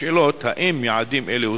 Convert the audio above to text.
השאלות: האם יעדים אלו הושגו?